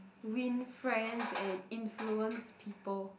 win friends and influence people